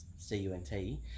C-U-N-T